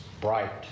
bright